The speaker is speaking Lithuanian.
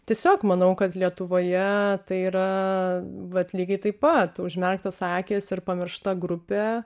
tiesiog manau kad lietuvoje tai yra vat lygiai taip pat užmerktos akys ir pamiršta grupė